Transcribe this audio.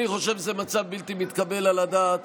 אני חושב שזה מצב בלתי מתקבל על הדעת